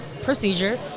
procedure